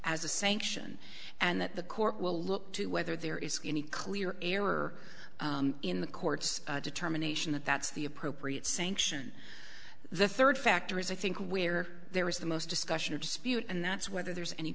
as a sanction and that the court will look to whether there is any clear error in the court's determination that that's the appropriate sanction the third factor is i think we're there is the most discussion of dispute and that's whether there's any